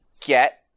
get